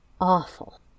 awful